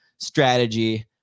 Strategy